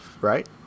Right